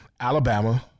Alabama